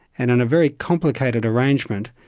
and in a very complicated arrangement,